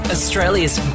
Australia's